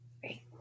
great